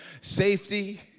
Safety